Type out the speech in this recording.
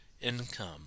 income